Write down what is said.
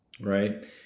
Right